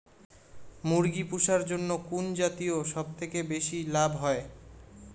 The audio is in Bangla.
মুরগি পুষার জন্য কুন জাতীয় সবথেকে বেশি লাভ হয়?